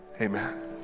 amen